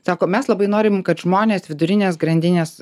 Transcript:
sako mes labai norim kad žmonės vidurinės grandinės